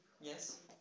Yes